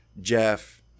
Jeff